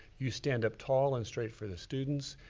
you stand up tall and straight for the students,